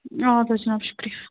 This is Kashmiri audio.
اَدٕ حظ جِناب شُکریہ